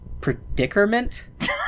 Predicament